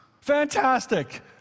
Fantastic